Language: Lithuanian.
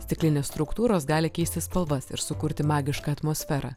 stiklinės struktūros gali keisti spalvas ir sukurti magišką atmosferą